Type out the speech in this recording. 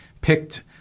picked